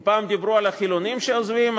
אם פעם דיברו על החילונים שעוזבים,